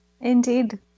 Indeed